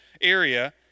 area